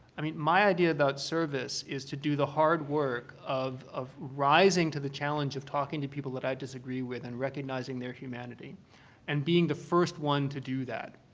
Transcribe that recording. i mean, my idea about service is to do the hard work of of rising to the challenge of talking to people that i disagree with and recognizing their humanity and being the first one to do that,